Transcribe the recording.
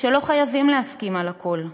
שלא חייבים להסכים על הכול,